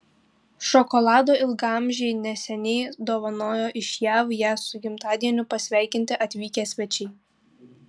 šokolado ilgaamžei neseniai dovanojo iš jav ją su gimtadieniu pasveikinti atvykę svečiai